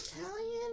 Italian